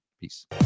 peace